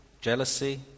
jealousy